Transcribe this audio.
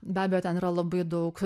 be abejo ten yra labai daug